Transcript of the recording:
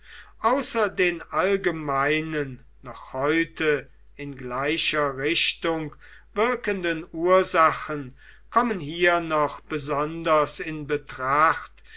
außer den allgemeinen noch heute in gleicher richtung wirkenden ursachen kommen hier noch besonders in betracht